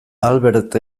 albert